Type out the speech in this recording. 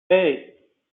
hey